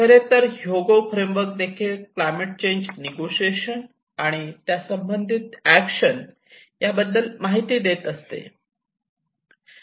खरेतर Hyogo framework देखील climate change negotiation आणि त्यासंबंधित एक्शन याबद्दल माहिती देत असते